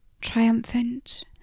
triumphant